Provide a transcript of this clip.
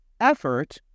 effort